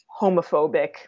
homophobic